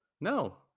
No